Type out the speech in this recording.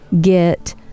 get